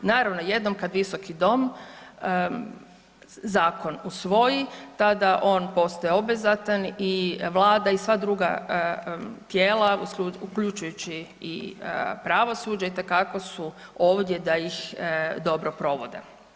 Naravno, jednom kad Visoki dom zakon usvoji, tada on postaje obvezatan i Vlada i sva druga tijela uključujući i pravosuđe, itekako su ovdje da ih dobro provode.